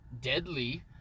deadly